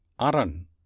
Aran